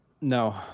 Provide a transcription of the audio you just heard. no